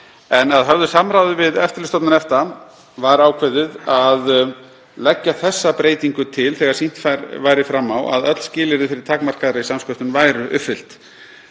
en að höfðu samráði við Eftirlitsstofnun EFTA var ákveðið að leggja þessa breytingu til þegar sýnt væri fram á að öll skilyrði fyrir takmarkaðri samsköttun væru uppfyllt.